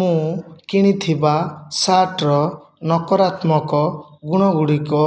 ମୁଁ କିଣିଥିବା ଶାର୍ଟର ନକାରାତ୍ମକ ଗୁଣଗୁଡ଼ିକ